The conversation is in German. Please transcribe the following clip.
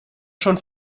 schon